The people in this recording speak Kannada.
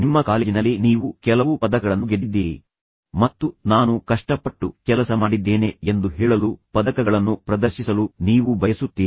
ನಿಮ್ಮ ಕಾಲೇಜಿನಲ್ಲಿ ನೀವು ಕೆಲವು ಪದಕಗಳನ್ನು ಗೆದ್ದಿದ್ದೀರಿ ಮತ್ತು ನಾನು ಕಷ್ಟಪಟ್ಟು ಕೆಲಸ ಮಾಡಿದ್ದೇನೆ ಎಂದು ಹೇಳಲು ಪದಕಗಳನ್ನು ಪ್ರದರ್ಶಿಸಲು ನೀವು ಬಯಸುತ್ತೀರಿ